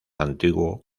antiguo